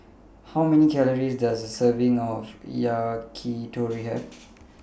How Many Calories Does A Serving of Yakitori Have